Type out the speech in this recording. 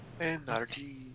Energy